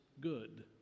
good